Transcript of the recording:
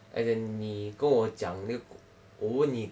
as in 你跟我讲过我问你